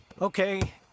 Okay